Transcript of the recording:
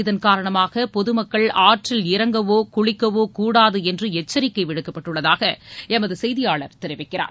இதன் காரணமாக பொதுமக்கள் ஆற்றில் இறங்கவோ குளிக்கவோ கூடாது என்று எச்சரிக்கை விடுக்கப்பட்டுள்ளதாக எமது செய்தியாளர் தெரிவிக்கிறார்